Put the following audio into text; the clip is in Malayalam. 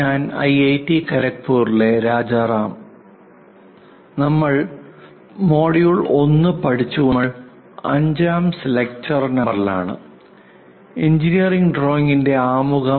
ഞാൻ ഐഐടി ഖരഗ്പൂരിലെ രാജരാം നമ്മൾ മൊഡ്യൂൾ 1 പഠിച്ചുകൊണ്ടു ഇരിക്കുകയാണ് അതിൽ നമ്മൾ 5 ആം ലെക്ചർ നമ്പറിലാണ് എഞ്ചിനീയറിംഗ് ഡ്രോയിംഗിന്റെ ആമുഖം